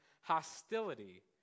hostility